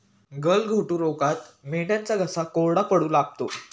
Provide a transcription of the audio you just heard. गलघोटू रोगात मेंढ्यांचा घसा कोरडा पडू लागतो